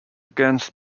against